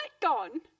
gone